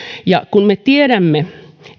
ja kun me tiedämme